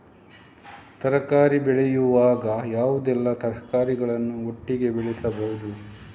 ತರಕಾರಿ ಬೆಳೆಯುವಾಗ ಯಾವುದೆಲ್ಲ ತರಕಾರಿಗಳನ್ನು ಒಟ್ಟಿಗೆ ಬೆಳೆಸಬಹುದು?